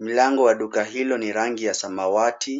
mlango wa duka hilo ni rangi ya samawati.